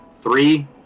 three